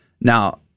Now